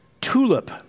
TULIP